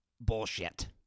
bullshit